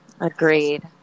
Agreed